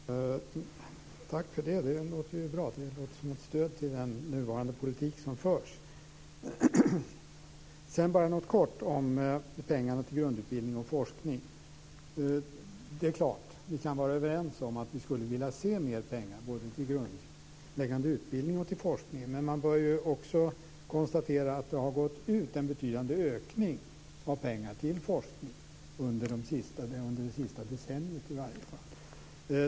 Herr talman! Tack för det. Det låter bra. Det låter som ett stöd för den politik som förs. Jag vill också kort säga något om pengarna till grundutbildning och forskning. Vi kan naturligtvis vara överens om att vi skulle vilja se mer pengar både till grundläggande utbildning och till forskning. Men man bör också konstatera att det har gått ut en betydande ökning av pengar till forskning under det senaste decenniet.